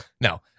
No